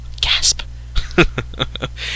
Gasp